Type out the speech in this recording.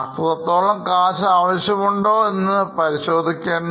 അത്രത്തോളം കാശ് ആവശ്യമുണ്ടോ എന്ന് നമ്മൾ പരിശോധിക്കണം